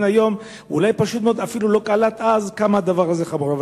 היום אולי אפילו לא קלט אז כמה הדבר הזה חמור.